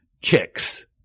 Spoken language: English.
Kicks